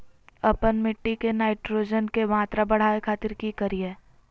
आपन मिट्टी में नाइट्रोजन के मात्रा बढ़ावे खातिर की करिय?